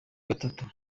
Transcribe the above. gatatu